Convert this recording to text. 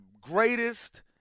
greatest